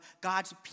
God's